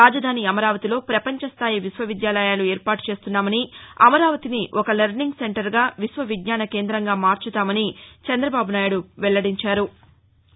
రాజధాని అమరావతిలో పపంచ స్టాయి విశ్వవిద్యాలయాలు ఏర్పాటు చేస్తున్నామని అమరావతిని ఒక లెర్నింగ్ సెంటర్గా విశ్వవిజ్ఞాన కేందంగా మార్చుతామని చందబాబు నాయుడు పేర్కొన్నారు